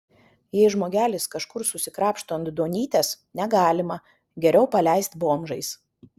jei žmogelis kažkur susikrapšto ant duonytės negalima geriau paleist bomžais